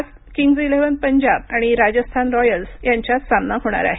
आज Kings Eleven Punjab आणि Rajasthan Royals यांच्या सामना होणार आहे